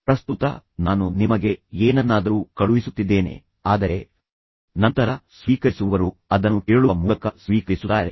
ಪ್ರಸ್ತುತ ನಾನು ನಿಮಗೆ ಏನನ್ನಾದರೂ ಕಳುಹಿಸುತ್ತಿದ್ದೇನೆ ಆದರೆ ನಂತರ ಸ್ವೀಕರಿಸುವವರು ಅದನ್ನು ಕೇಳುವ ಮೂಲಕ ಸ್ವೀಕರಿಸುತ್ತಾರೆ